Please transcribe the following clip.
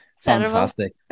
Fantastic